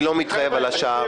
אתה מדבר פה ולא בסיעה.